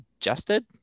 adjusted